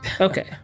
Okay